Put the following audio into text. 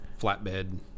flatbed